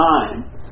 time